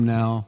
now